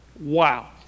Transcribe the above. Wow